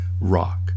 rock